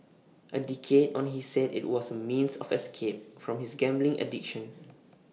A decade on he said IT was A means of escape from his gambling addition